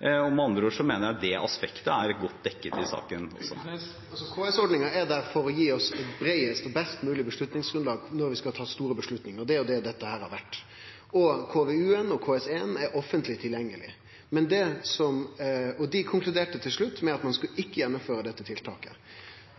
Med andre ord mener jeg det aspektet er godt dekket i saken. KS-ordninga er der for å gi oss eit breiast og best mogleg avgjerdsgrunnlag når vi skal ta store avgjerder. Det er jo det dette har vore. KVU-en og KS1 er offentleg tilgjengelege, og dei konkluderte til slutt med at ein ikkje skulle gjennomføre dette tiltaket.